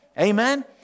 Amen